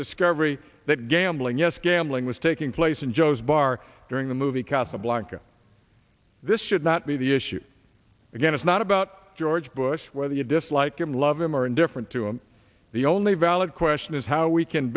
discovery that gambling yes gambling was taking place in joe's bar during the movie casablanca this should not be the issue again it's not about george bush whether you dislike him love him or indifferent to him the only valid question is how we can